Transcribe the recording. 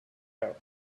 hill